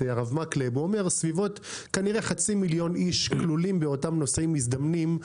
מקלב אומר שבסביבות חצי מיליון אנשים כלולים באותם נוסעים מזדמנים.